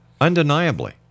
undeniably